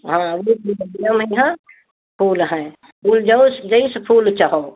हाँ महंगा फूल हईतो जो जईस फूल चाहो